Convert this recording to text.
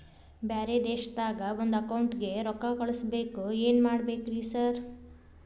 ಬ್ಯಾರೆ ದೇಶದಾಗ ಒಂದ್ ಅಕೌಂಟ್ ಗೆ ರೊಕ್ಕಾ ಕಳ್ಸ್ ಬೇಕು ಏನ್ ಮಾಡ್ಬೇಕ್ರಿ ಸರ್?